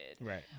Right